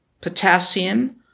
potassium